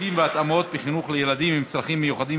שירותים והתאמות בחינוך לילדים עם צרכים מיוחדים,